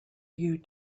you